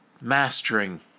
mastering